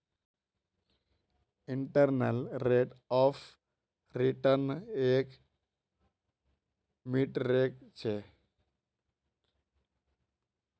internal rate of return एक metric छ